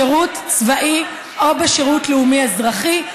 בשירות צבאי או בשירות לאומי-אזרחי,